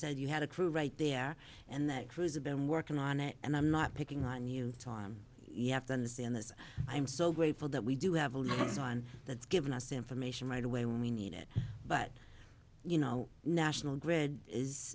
said you had a crew right there and that crews have been working on it and i'm not picking on you you have to understand this i'm so grateful that we do have so on that's given us information right away when we need it but you know national grid is